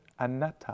anatta